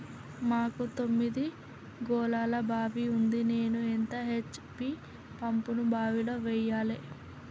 మాకు తొమ్మిది గోళాల బావి ఉంది నేను ఎంత హెచ్.పి పంపును బావిలో వెయ్యాలే?